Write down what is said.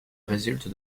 résulte